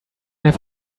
have